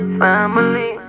family